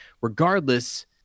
regardless